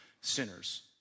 sinners